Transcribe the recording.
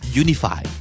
unify